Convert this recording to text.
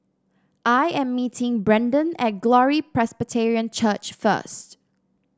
I am meeting Brendon at Glory Presbyterian Church first